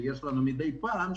כמו שיש לנו מדי פעם.